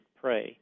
pray